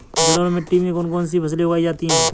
जलोढ़ मिट्टी में कौन कौन सी फसलें उगाई जाती हैं?